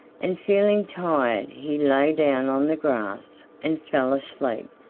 and feeling tired he lay down on the grass and fell asleep.